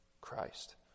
Christ